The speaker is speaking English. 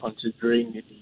considering